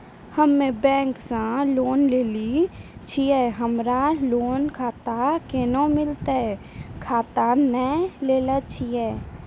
हम्मे बैंक से लोन लेली छियै हमरा लोन खाता कैना मिलतै खाता नैय लैलै छियै?